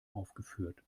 aufgeführt